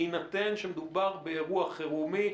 בהינתן שמדובר באירוע חירומי,